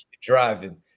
driving